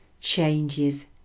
changes